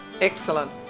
excellent